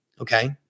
Okay